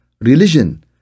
religion